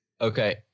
Okay